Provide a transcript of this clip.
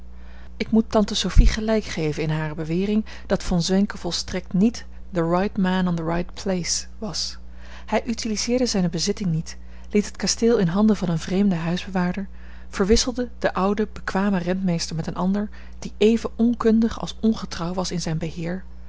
ik moet tante sophie gelijk geven in hare bewering dat von zwenken volstrekt niet the right man on the right place was hij utiliseerde zijne bezitting niet liet het kasteel in handen van een vreemden huisbewaarder verwisselde den ouden bekwamen rentmeester met een ander die even onkundig als ongetrouw was in zijn beheer